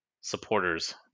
supporters